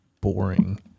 boring